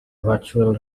virtual